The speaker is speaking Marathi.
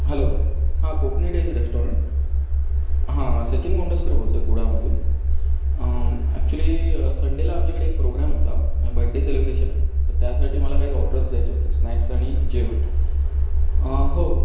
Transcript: हॅलो हां कोकणी डेज रेस्टॉरंट हां सचिन गोंडस्कर बोलतो आहे कुडाळमधून ॲक्चुअली संडेला आमच्याकडे एक प्रोग्राम होता बड्डे सेलिब्रेशन तर त्यासाठी मला काही ऑर्डर्स द्यायच्या होत्या स्नॅक्स आणि जेवण हो हो